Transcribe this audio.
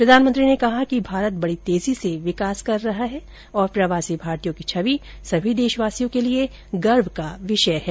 प्रधानमंत्री ने कहा कि भारत बड़ी तेजी से विकास कर रहा है और प्रवासी भारतीयों की छवि सभी देशवासियों के लिए गर्व का विषय है